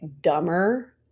dumber